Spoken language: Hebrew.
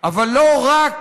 אבל לא רק